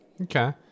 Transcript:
Okay